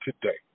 Today